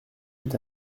est